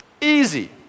Easy